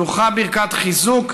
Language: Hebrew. שלוחה ברכת חיזוק,